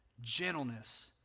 gentleness